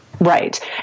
Right